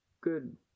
good